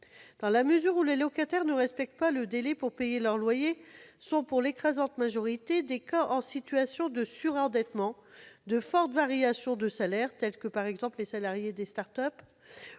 Dans la mesure où les locataires qui ne respectent pas le délai pour payer leur loyer sont, pour l'écrasante majorité d'entre eux, en situation de surendettement, en proie à de fortes variations de salaires, comme c'est le cas des salariés de start-up,